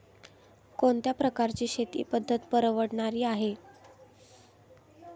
कोणत्या प्रकारची शेती पद्धत परवडणारी आहे?